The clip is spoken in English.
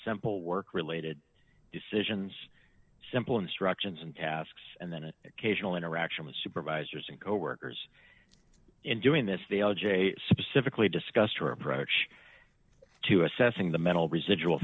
simple work related decisions simple instructions and tasks and then it casual interaction with supervisors and coworkers in doing this the l j specifically discussed her approach to assessing the mental residual